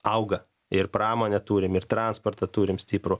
auga ir pramonę turime ir transportą turim stiprų